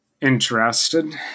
interested